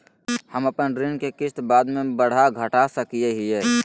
हम अपन ऋण के किस्त बाद में बढ़ा घटा सकई हियइ?